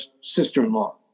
sister-in-law